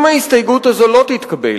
אם ההסתייגות הזאת לא תתקבל,